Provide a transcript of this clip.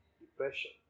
depression